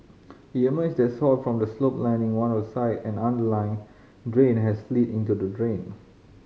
it emerged that soil from the slope lining one of side and drain had slid into the drain